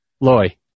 Loy